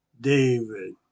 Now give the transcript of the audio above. David